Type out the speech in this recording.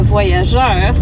Voyageur